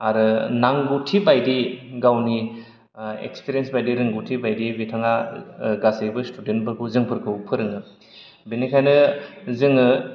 आरो नांगौथि बायदि गावनि एक्सपिरेन्स बायदि रोंगौथि बायदियै बिथाङा गासैबो स्टुडेन्ट फोरखौ जोंफोरखौ फोरोङो बिनिखायनो जोङो